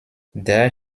there